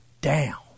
down